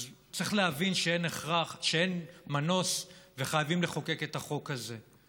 אז צריך להבין שאין מנוס וחייבים לחוקק את החוק הזה.